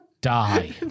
die